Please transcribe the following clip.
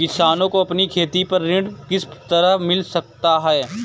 किसानों को अपनी खेती पर ऋण किस तरह मिल सकता है?